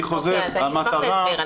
אני אשמח להסבר.